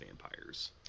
vampires